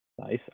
Nice